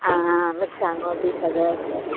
आं आं मिरसांगो बी सगळे आसा